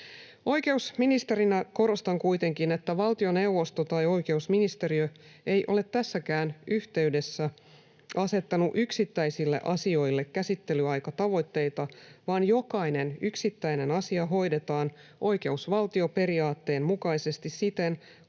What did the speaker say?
Oikeusministerinä korostan kuitenkin, että valtioneuvosto tai oikeusministeriö ei ole tässäkään yhteydessä asettanut yksittäisille asioille käsittelyaikatavoitteita, vaan jokainen yksittäinen asia hoidetaan oikeusvaltioperiaatteen mukaisesti siten